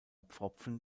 pfropfen